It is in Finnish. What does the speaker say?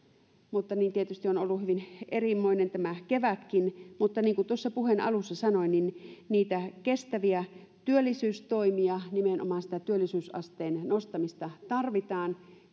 niin tietysti on ollut hyvin erimoinen tämä kevätkin mutta niin kuin tuossa puheen alussa sanoin niitä kestäviä työllisyystoimia nimenomaan sitä työllisyysasteen nostamista tarvitaan